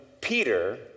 Peter